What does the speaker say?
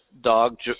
dog